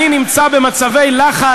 לא אני הצטלמתי לסרט,